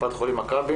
קופת חולים מכבי,